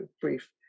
brief